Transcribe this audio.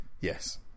Yes